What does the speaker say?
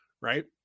right